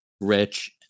Rich